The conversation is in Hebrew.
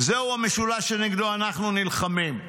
"זהו המשולש שנגדו אנחנו נלחמים".